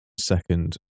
second